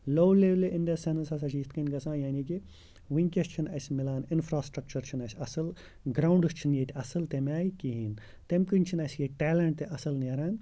لو لیولہِ in the sense ہَسا چھِ یِتھ کٔنۍ گژھان یعنی کہِ وٕنکیٚس چھِنہٕ اَسہِ مِلان اِنفرٛاسٹرٛکچَر چھِنہٕ اَسہِ اَصٕل گرٛاوُنٛڈٕز چھِنہٕ ییٚتہِ اَصٕل تَمہِ آے کِہیٖنۍ تَمہِ کِنۍ چھِنہٕ اَسہِ ییٚتہِ ٹیلٮ۪نٛٹ تہِ اَصٕل نیران